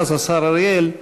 ואז השר אריאל ישיב.